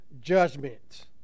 judgment